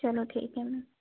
चलो ठीक हैं मैम